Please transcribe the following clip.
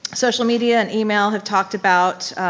social media and email have talked about,